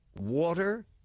water